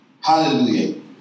Hallelujah